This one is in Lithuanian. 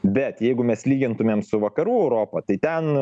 bet jeigu mes lygintumėm su vakarų europą tai ten